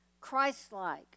Christ-like